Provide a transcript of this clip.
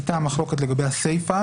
הייתה מחלוקת לגבי הסיפה,